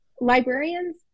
librarians